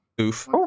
Oof